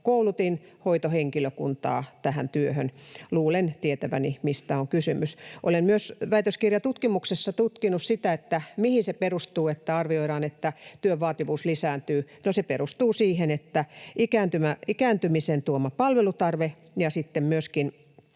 koulutin hoitohenkilökuntaa tähän työhön. Luulen tietäväni, mistä on kysymys. Olen myös väitöskirjatutkimuksessa tutkinut sitä, mihin se perustuu, että arvioidaan, että työn vaativuus lisääntyy. No, se perustuu ikääntymisen tuomaan palvelutarpeeseen ja myöskin